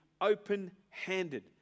open-handed